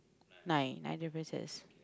nine nine differences